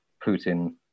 Putin